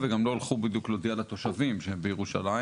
וגם לא הלכו בדיוק להודיע לתושבים שהם בירושלים.